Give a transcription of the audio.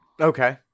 okay